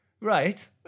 right